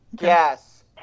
Yes